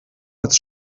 als